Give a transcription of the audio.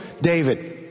David